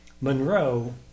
Monroe